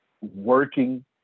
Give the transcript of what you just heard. working